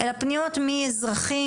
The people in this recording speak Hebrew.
אלא פניות מאזרחים,